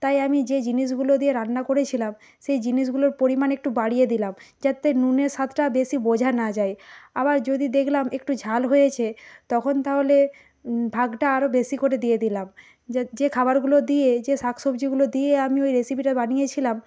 তাই আমি যে জিনিসগুলো দিয়ে রান্না করেছিলাম সেই জিনিসগুলোর পরিমাণ একটু বাড়িয়ে দিলাম যাতে নুনের স্বাদটা বেশি বোঝা না যায় আবার যদি দেখলাম একটু ঝাল হয়েছে তখন তাহলে ভাগটা আরও বেশি করে দিয়ে দিলাম যে খাবারগুলো দিয়ে যে শাকসবজিগুলো দিয়ে আমি ওই রেসিপিটা বানিয়েছিলাম